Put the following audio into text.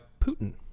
Putin